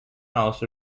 also